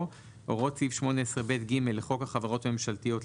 "הוראות סעיף 18ב(ג) לחוק החברות הממשלתיות,